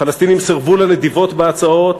הפלסטינים סירבו לנדיבות בהצעות,